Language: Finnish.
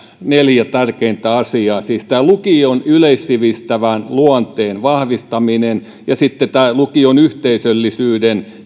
neljä tärkeintä asiaa lukion yleissivistävän luonteen vahvistaminen sitten lukion yhteisöllisyyden